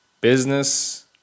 business